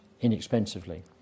inexpensively